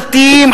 דתיים,